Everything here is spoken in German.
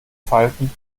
falten